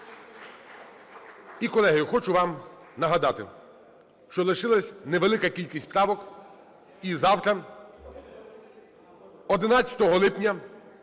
І, колеги, хочу вам нагадати, що лишилась невелика кількість правок, і завтра, 11 липня,